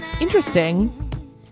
Interesting